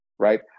Right